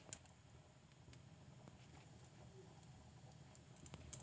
ಎಷ್ಟಕೊಂದ್ ಜನ ಸಾಲ ಮಾಡಿ ಏನನ ಮಾಡಾಕ ಹದಿರ್ಕೆಂಬ್ತಾರ ಎಲ್ಲಿ ಅಪಾಯುಕ್ ಸಿಕ್ಕಂಡು ಬಟ್ಟಿ ಕಟ್ಟಕಾಗುದಂಗ ಪೇಚಾಡ್ಬೇಕಾತ್ತಂತ